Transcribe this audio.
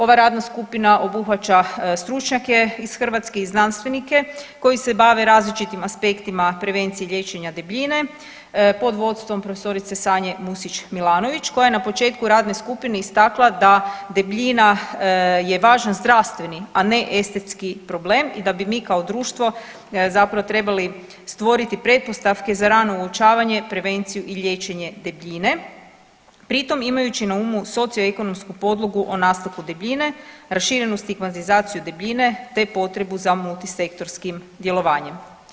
Ova radne skupina obuhvaća stručnjake i hrvatske znanstvenike koji se bave različitim aspektima prevencije liječenja debljine pod vodstvom prof. Sanje Musić Milanović koja je na početku radne skupine istakla da debljina je važan zdravstveni, a ne estetski problem i da bi mi kao društvo zapravo trebali stvoriti pretpostavke za rano uočavanje, prevenciju i liječenje debljine pritom imajući na umu socioekonomsku podlogu o nastanku debljine, raširenost i kvantizaciju debljine te potrebu za multisektorskim djelovanjem.